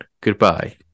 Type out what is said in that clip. goodbye